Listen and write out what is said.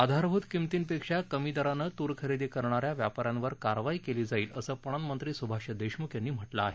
आधारभूत किंमतीपेक्षा कमी दरानं तूर खरेदी करणा या व्यापा यांवर कारवाई केली जाईल असं पणन मंत्री सुभाष देशमुख यांनी म्हटलं आहे